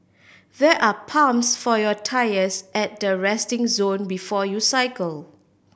there are pumps for your tyres at the resting zone before you cycle